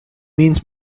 means